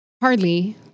Hardly